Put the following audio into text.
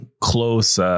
close